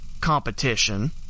competition